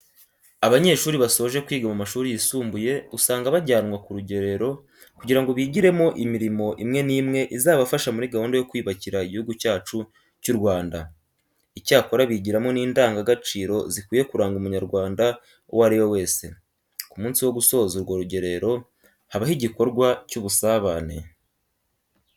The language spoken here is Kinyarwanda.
Abanyeshuri basoje kwiga mu mashuri yisumbuye usanga bajyanwe ku rugerero kugira ngo bigiremo imirimo imwe n'imwe izabafasha muri gahunda yo kwiyubakira Igihugu cyacu cy'u Rwanda. Icyakora bigiramo n'indangagaciro zikwiye kuranga Umunyarwanda uwo ari we wese. Ku munsi wo gusoza urwo rugerero habaho igikorwa cy'ubusabane.